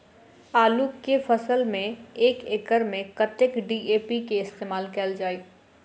आलु केँ फसल मे एक एकड़ मे कतेक डी.ए.पी केँ इस्तेमाल कैल जाए?